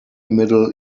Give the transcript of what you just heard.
middle